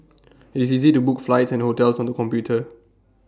IT is easy to book flights and hotels on the computer